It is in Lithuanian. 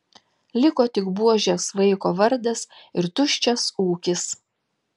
liko tik buožės vaiko vardas ir tuščias ūkis